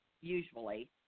usually